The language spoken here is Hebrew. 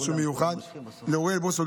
להודות גם לאוריאל בוסו,